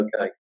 okay